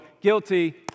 guilty